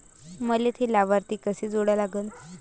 मले थे लाभार्थी कसे जोडा लागन?